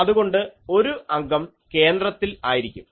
അതുകൊണ്ട് ഒരു അംഗം കേന്ദ്രത്തിൽ ആയിരിക്കും